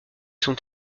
sont